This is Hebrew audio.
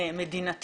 מדינית